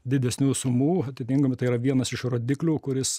didesnių sumų atitinkamai tai yra vienas iš rodiklių kuris